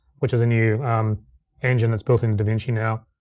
which is a new engine that's built in davinci now.